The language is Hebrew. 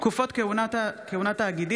תקופות כהונת תאגידים,